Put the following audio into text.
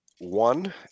One